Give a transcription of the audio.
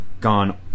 gone